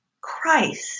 Christ